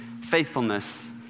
faithfulness